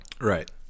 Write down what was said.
Right